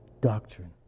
doctrine